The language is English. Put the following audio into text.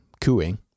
cooing